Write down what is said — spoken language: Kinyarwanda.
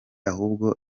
ahubwo